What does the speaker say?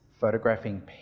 photographing